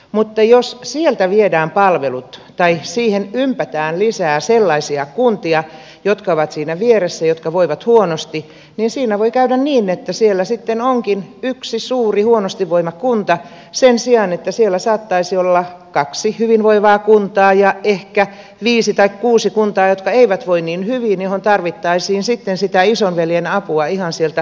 mutta jos sieltä viedään palvelut tai siihen ympätään lisää sellaisia kuntia jotka ovat siinä vieressä jotka voivat huonosti niin siinä voi käydä niin että siellä sitten onkin yksi suuri huonosti voiva kunta sen sijaan että siellä saattaisi olla kaksi hyvinvoivaa kuntaa ja ehkä viisi tai kuusi kuntaa jotka eivät voi niin hyvin mihin tarvittaisiin sitten sitä isonveljen apua ihan sieltä valtion tasolta